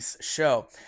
Show